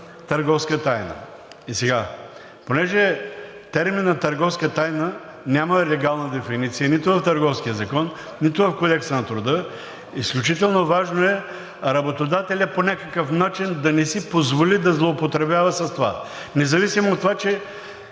търговска тайна. И сега, понеже терминът „търговска тайна“ няма легална дефиниция нито в Търговския закон, нито в Кодекса на труда, изключително важно е работодателят по някакъв начин да не си позволи да злоупотребява с това, независимо от това, че